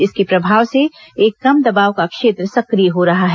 इसके प्रभाव से एक कम दबाव का क्षेत्र सक्रिय हो रहा है